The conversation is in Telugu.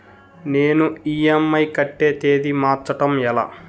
నేను ఇ.ఎం.ఐ కట్టే తేదీ మార్చడం ఎలా?